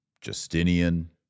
Justinian